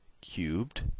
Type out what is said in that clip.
cubed